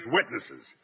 witnesses